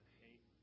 hate